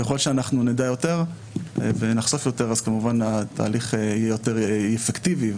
ככל שאנחנו נדע יותר ונחשוף יותר כמובן התהליך יהיה יותר אפקטיבי.